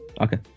okay